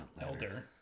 elder